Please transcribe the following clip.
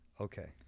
Okay